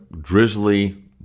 drizzly